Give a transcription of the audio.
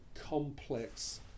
complex